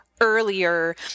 earlier